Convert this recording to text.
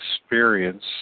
experience